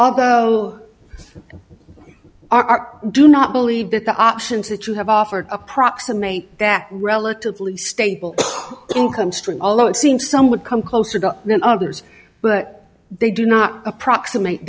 although our do not believe that the options that you have offered approximate that relatively stable income stream although it seems some would come closer to the others but they do not approximate